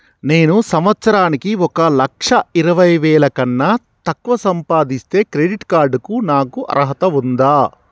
నేను సంవత్సరానికి ఒక లక్ష ఇరవై వేల కన్నా తక్కువ సంపాదిస్తే క్రెడిట్ కార్డ్ కు నాకు అర్హత ఉందా?